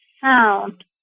sound